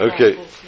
Okay